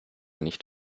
nicht